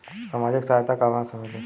सामाजिक सहायता कहवा से मिली?